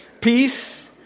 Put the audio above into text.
Peace